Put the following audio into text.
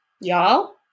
y'all